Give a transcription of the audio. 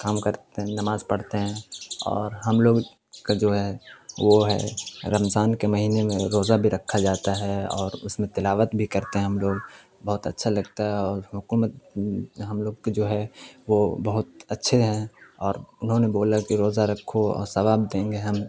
کام کرتے ہیں نماز پڑھتے ہیں اور ہم لوگ کا جو ہے وہ ہے رمضان کے مہینے میں روزہ بھی رکھا جاتا ہے اور اس میں تلاوت بھی کرتے ہیں ہم لوگ بہت اچھا لگتا ہے اور حکومت ہم لوگ کی جو ہے وہ بہت اچھے ہیں اور انہوں نے بولا کہ روزہ رکھو اور ثواب دیں گے ہم